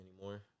anymore